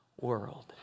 world